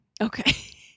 Okay